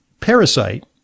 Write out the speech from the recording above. parasite